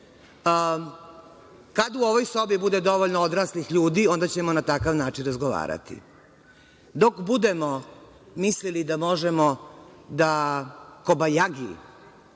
Kad u ovoj sobi bude dovoljno odraslih ljudi, onda ćemo na takav način razgovarati. Dok budemo mislili da možemo da kobajagi